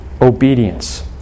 obedience